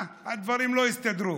הדברים לא הסתדרו.